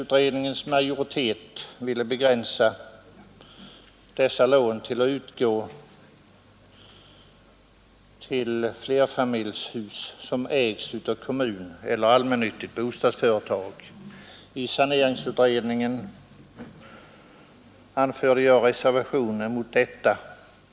Utredningens majoritet ville begränsa dessa lån till att avse flerfamiljshus som ägs av kommun eller allmännyttigt bostadsföretag. Jag anförde reservation mot detta.